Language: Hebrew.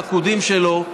פקודים שלו,